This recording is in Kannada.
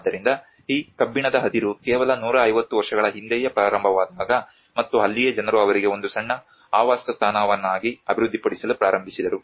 ಆದ್ದರಿಂದ ಈ ಕಬ್ಬಿಣದ ಅದಿರು ಕೇವಲ 150 ವರ್ಷಗಳ ಹಿಂದೆಯೇ ಪ್ರಾರಂಭವಾದಾಗ ಮತ್ತು ಅಲ್ಲಿಯೇ ಜನರು ಅವರಿಗೆ ಒಂದು ಸಣ್ಣ ಆವಾಸಸ್ಥಾನವನಾಗಿ ಅಭಿವೃದ್ಧಿಪಡಿಸಲು ಪ್ರಾರಂಭಿಸಿದರು